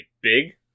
big